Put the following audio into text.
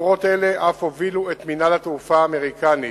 ביקורות אלה אף הובילו את מינהל התעופה האמריקני